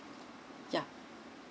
ya